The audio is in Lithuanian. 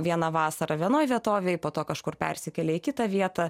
vieną vasarą vienoj vietovėj po to kažkur persikėlia į kitą vietą